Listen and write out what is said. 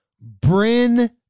Bryn